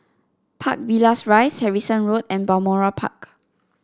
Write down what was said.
Park Villas Rise Harrison Road and Balmoral Park